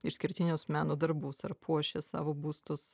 išskirtinius meno darbus ar puošia savo būstus